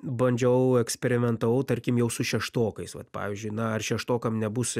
bandžiau eksperimentavau tarkim jau su šeštokais vat pavyzdžiui na ar šeštokam nebus